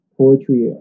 poetry